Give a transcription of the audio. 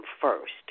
first